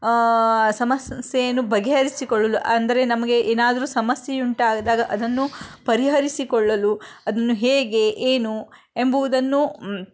ಸಮಸ್ಯೆಯನ್ನು ಬಗೆಹರಿಸಿಕೊಳ್ಳಲು ಅಂದರೆ ನಮಗೆ ಏನಾದರೂ ಸಮಸ್ಯೆಯುಂಟಾದಾಗ ಅದನ್ನು ಪರಿಹರಿಸಿಕೊಳ್ಳಲು ಅದನ್ನು ಹೇಗೆ ಏನು ಎಂಬುವುದನ್ನು